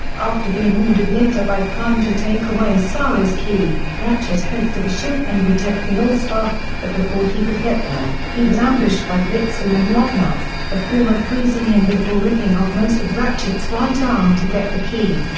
after being ordered later by prime to take away sari's key, ratchet heads to the ship and protect the allspark, but before he could get there, he was ambushed by blitzwing and lugnut, the former freezing him before ripping off most of ratchet's right arm to get the key.